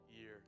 year